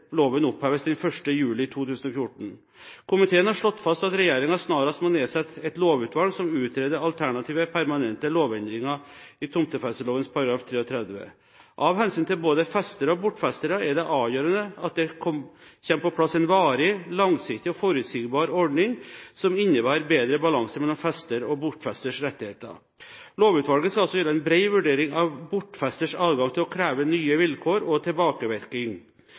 loven oppheves den 1. juli 2014. Komiteen har slått fast at regjeringen snarest må nedsette et lovutvalg som utreder alternative permanente lovendringer i tomtefesteloven § 33. Av hensyn til både festere og bortfestere er det avgjørende at det kommer på plass en varig, langsiktig og forutsigbar ordning som innebærer en bedre balanse mellom festeres og bortfesteres rettigheter. Lovutvalget skal altså gi en bred vurdering av bortfesteres adgang til å kreve nye vilkår og